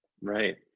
Right